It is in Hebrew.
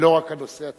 ולא רק הנושא,